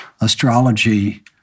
astrology